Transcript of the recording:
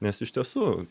nes iš tiesų